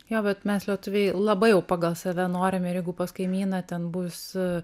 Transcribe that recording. jo bet mes lietuviai labai jau pagal save norime ir jeigu pas kaimyną ten bus